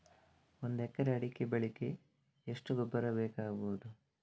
ಒಂದು ಎಕರೆ ಅಡಿಕೆ ಬೆಳೆಗೆ ಎಷ್ಟು ಗೊಬ್ಬರ ಬೇಕಾಗಬಹುದು?